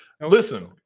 listen